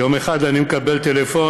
יום אחד אני מקבל טלפון,